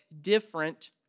different